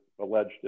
alleged